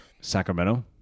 Sacramento